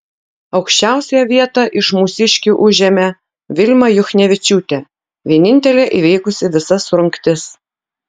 aukščiausiąją vietą iš mūsiškių užėmė vilma juchnevičiūtė vienintelė įveikusi visas rungtis